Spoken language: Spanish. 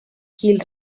gil